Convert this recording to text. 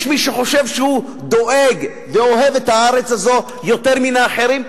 יש מי שחושב שהוא דואג ואוהב את הארץ הזאת יותר מהאחרים,